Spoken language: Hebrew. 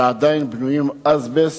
עדיין בנויים אזבסט.